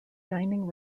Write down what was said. dining